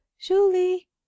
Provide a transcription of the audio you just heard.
julie